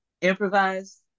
improvise